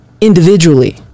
individually